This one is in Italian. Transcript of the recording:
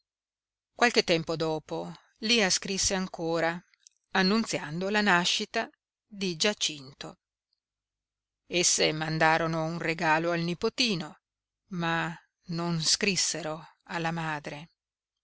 qualche tempo dopo lia scrisse ancora annunziando la nascita di giacinto esse mandarono un regalo al nipotino ma non scrissero alla madre